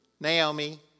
Naomi